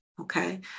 Okay